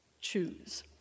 choose